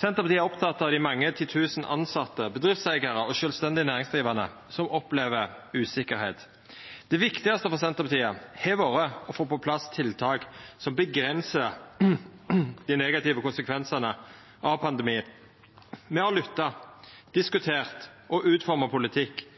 Senterpartiet er oppteke av dei mange ti tusen tilsette, bedriftseigarar og sjølvstendig næringsdrivande som opplever usikkerheit. Det viktigaste for Senterpartiet har vore å få på plass tiltak som avgrenser dei negative konsekvensane av pandemien. Me har lytta, diskutert og utforma politikk.